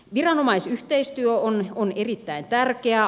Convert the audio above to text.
viranomaisyhteistyö on erittäin tärkeää